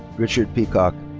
richard peacock.